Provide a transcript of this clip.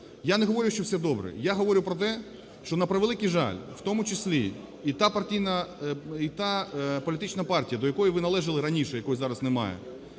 Я не говорю, що все добре, я говорю про те, що, на превеликий жаль, в тому числі і та політична партія, до якої ви належали раніше, якої зараз немає,